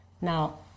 Now